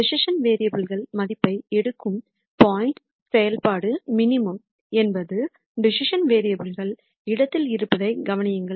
decision வேரியபுல்கள் மதிப்புகளை எடுக்கும் பாயிண்ட் செயல்பாடு மினிமம் என்பது டிசிசன் வேரியபுல் இடத்தில் இருப்பதையும் கவனியுங்கள்